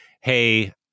hey